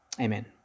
Amen